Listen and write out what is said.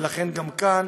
ולכן, גם כאן